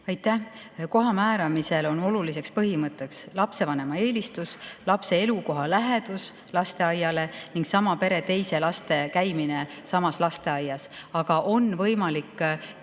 Aitäh! Koha määramisel on oluline põhimõte lapsevanema eelistus, lapse elukoha lähedus lasteaiale ning sama pere teiste laste käimine samas lasteaias. Aga on võimalik